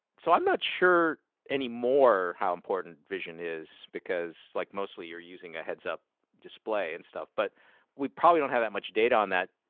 so i'm not sure anymore how important vision is because like mostly you're using a heads-up display and stuff. but we probably don't have that much data on that,